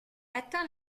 atteint